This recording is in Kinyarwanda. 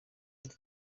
ati